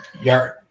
yard